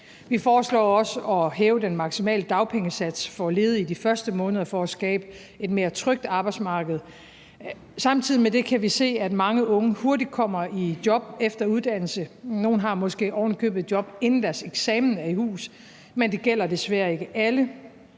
Vi foreslår også at hæve den maksimale dagpengesats for ledige de første måneder for at skabe et mere trygt arbejdsmarked. Samtidig med det kan vi se, at mange unge hurtigt kommer i job efter endt uddannelse, nogle har måske ovenikøbet et job, inden deres eksamen er i hus, men det gælder desværre ikke alle.